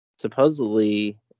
supposedly